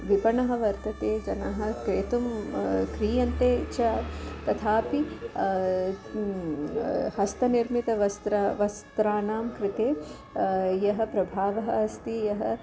विपणिः वर्तते जनाः क्रेतुं क्रियन्ते च तथापि हस्तनिर्मितवस्त्रं वस्त्राणां कृते यः प्रभावः अस्ति यः